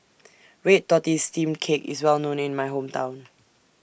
Red Tortoise Steamed Cake IS Well known in My Hometown